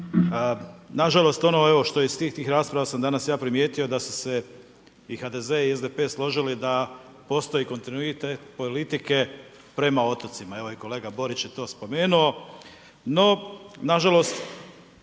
Nažalost što sam iz tih rasprava danas ja primijetio, da su se i HDZ i SDP složili da postoji kontinuitet politike prema otocima, evo i kolega Borić je to spomenuo. No, nažalost,